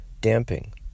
damping